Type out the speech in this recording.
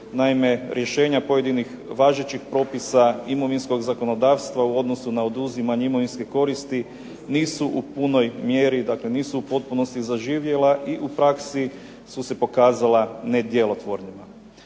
Naime, rješenja pojedinih važećih propisa imovinskog zakonodavstva u odnosu na oduzimanje imovinske koristi nisu u punoj mjeri, dakle nisu u potpunosti zaživjela i u praksi su se pokazala nedjelotvornima.